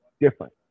different